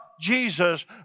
Jesus